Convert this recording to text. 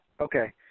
okay